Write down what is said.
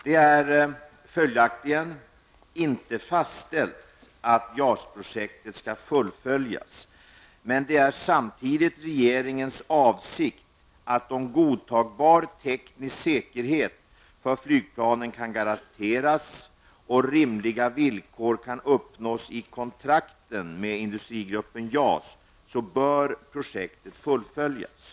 Det är följaktligen inte fastställt att JAS-projektet skall fullföljas, men det är samtidigt regeringens avsikt att om godtagbar teknisk säkerhet för flygplanen kan garanteras och rimliga villkor kan uppnås i kontrakten med Industrigruppen JAS, så bör projektet fullföljas.